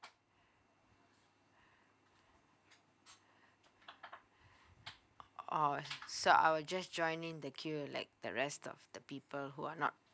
oh so I will just join in the queue and like the rest of the people who are not